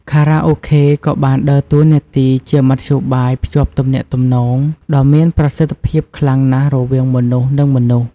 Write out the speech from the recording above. ខារ៉ាអូខេក៏បានដើរតួនាទីជាមធ្យោបាយភ្ជាប់ទំនាក់ទំនង ដ៏មានប្រសិទ្ធភាពខ្លាំងណាស់រវាងមនុស្សនិងមនុស្ស។